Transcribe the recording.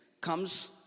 comes